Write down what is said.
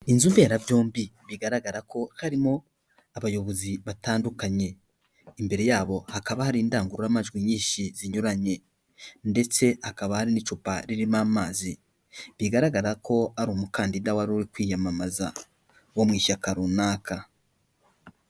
Inzu mberabyombi bigaragara ko harimo abayobozi batandukanye, imbere yabo hakaba hari indangururamajwi nyinshi zinyuranye ndetse hakaba hari n'icupa ririmo amazi, bigaragara ko ari umukandida wari uri kwiyamamaza wo mu ishyaka runaka.